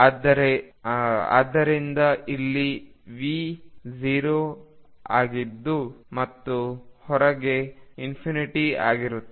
ಆದ್ದರಿಂದ ಇಲ್ಲಿ V 0 ಆಗಿತ್ತು ಮತ್ತು ಹೊರಗೆ ಆಗಿತ್ತು